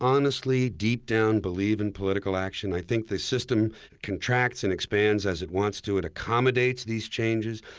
honestly, deep down believe in political action. i think the system contracts and expands as it wants to. it accommodates these changes.